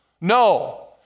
No